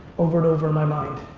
over and over in my mind.